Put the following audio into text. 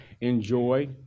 enjoy